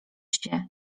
się